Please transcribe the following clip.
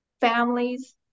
families